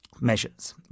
measures